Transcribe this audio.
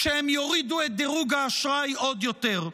כשהם יורידו את דירוג האשראי עוד יותר.